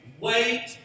wait